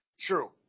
True